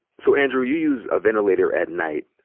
so andrew, you use a ventilator at night.